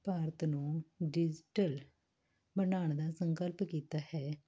ਭਾਰਤ ਨੂੰ ਡਿਜੀਟਲ ਬਣਾਉਣ ਦਾ ਸੰਕਲਪ ਕੀਤਾ ਹੈ